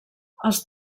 els